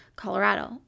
Colorado